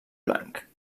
blanc